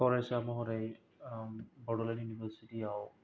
फरायसा महरै बड'लेण्ड इउनिभारसिटी आव